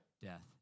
Death